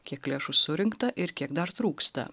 kiek lėšų surinkta ir kiek dar trūksta